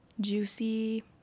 juicy